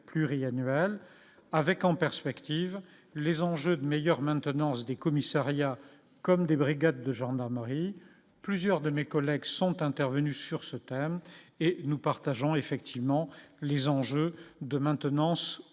pluriannuelle avec en perspective les enjeux de meilleure maintenance des commissariats comme des brigades de gendarmerie plusieurs de mes collègues sont intervenus sur ce thème et nous partageons effectivement les enjeux de maintenance au